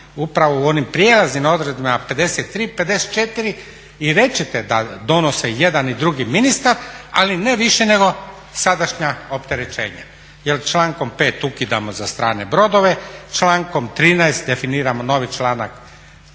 upravo u onim prijelaznim odredbama 53., 54. i kažete da donose jedan i drugi ministar ali ne više nego sadašnja opterećenja jel člankom 5. ukidamo za strane brodove, člankom 13. definiramo novi članak, mijenjamo